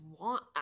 want